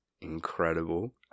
incredible